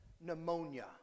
pneumonia